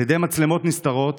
על ידי מצלמות נסתרות